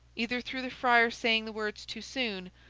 either through the friar saying the words too soon,